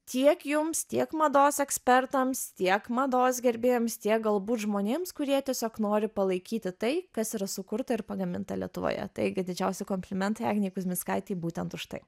tiek jums tiek mados ekspertams tiek mados gerbėjams tiek galbūt žmonėms kurie tiesiog nori palaikyti tai kas yra sukurta ir pagaminta lietuvoje taigi didžiausi komplimentai agnei kuzmickaitei būtent už tai